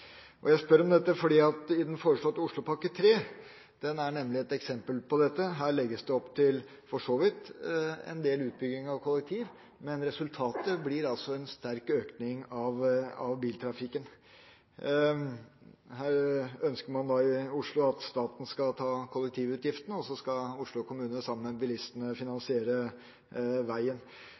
nivå. Jeg spør om dette fordi den foreslåtte Oslopakke 3 er et eksempel på dette. Her legges det for så vidt opp til en del utbygging av kollektivtrafikken, men resultatet blir en sterk økning av biltrafikken. I Oslo ønsker man at staten skal ta kollektivutgiftene, og så skal Oslo kommune, sammen med bilistene, finansiere veien.